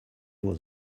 was